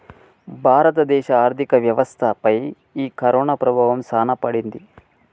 భారత దేశ ఆర్థిక వ్యవస్థ పై ఈ కరోనా ప్రభావం సాన పడింది